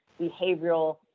behavioral